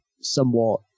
somewhat